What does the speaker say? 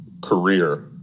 career